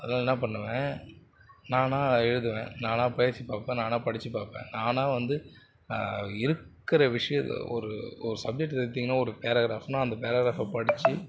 அதனால் என்ன பண்ணுவேன் நானாக எழுதுவேன் நானாக பேசி பார்ப்பேன் நானாக படித்து பார்ப்பேன் நானாக வந்து இருக்கிற விஷய ஒரு ஒரு சப்ஜெக்ட் எடுத்திங்கன்னால் ஒரு பேரகிராஃப்னால் அந்த பேரகிராஃபை படித்து